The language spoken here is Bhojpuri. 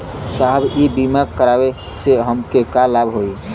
साहब इ बीमा करावे से हमके का लाभ होई?